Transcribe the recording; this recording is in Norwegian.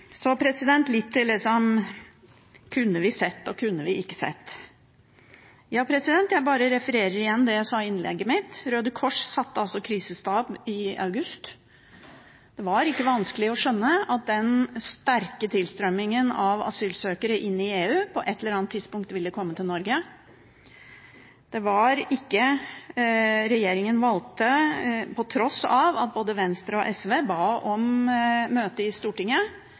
Så litt til hva vi kunne sett, og hva vi ikke kunne sett. Jeg refererer igjen det jeg sa i innlegget mitt. Røde Kors satte altså krisestab i august. Det var ikke vanskelig å skjønne at den sterke tilstrømmingen av asylsøkere inn i EU på et eller annet tidspunkt ville komme til Norge. Regjeringen valgte på tross av at både Venstre og SV ba om møte i Stortinget,